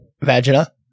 vagina